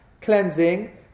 cleansing